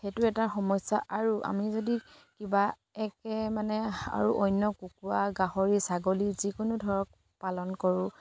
সেইটো এটা সমস্যা আৰু আমি যদি কিবা একে মানে আৰু অন্য কুকুৰা গাহৰি ছাগলী যিকোনো ধৰক পালন কৰোঁ